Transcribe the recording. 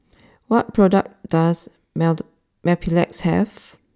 what products does mild Mepilex have